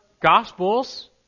Gospels